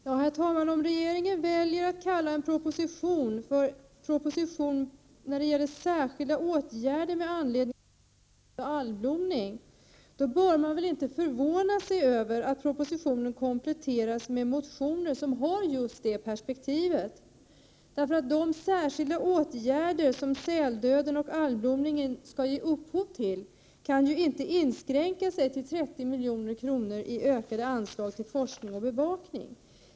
Herr talman! Om regeringen väljer att kalla en proposition för Proposition om särskilda åtgärder med anledning av algblomning och säldöd, bör väl socialdemokraterna inte förvåna sig över att propositionen kompletteras med motioner som har just det perspektivet. De särskilda åtgärder som säldöden och algblomningen skall ge upphov till kan ju inte inskränka sig till 30 milj.kr. i ökade anslag till forskning och bevakning.